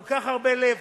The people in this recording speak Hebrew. כל כך הרבה לב,